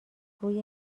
روی